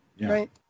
Right